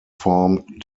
formed